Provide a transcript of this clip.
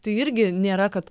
tai irgi nėra kad